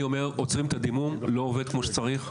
אני אומר, עוצרים את הדימום, לא עובד כמו שצריך.